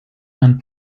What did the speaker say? and